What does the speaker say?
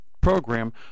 program